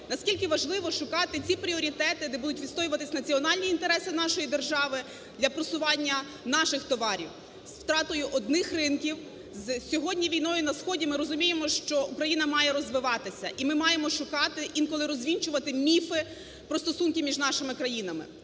наскільки важливо шукати ці пріоритети, де будуть відстоюватись національні інтереси нашої держави для просування наших товарів з втратою одних ринків. З сьогодні з війною на сході ми розуміємо, що Україна має розвиватися, і ми маємо шукати, інколи розвінчувати міфи про стосунки між нашими країнами.